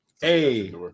Hey